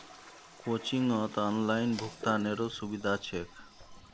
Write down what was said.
कोचिंगत ऑनलाइन भुक्तानेरो सुविधा छेक